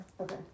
Okay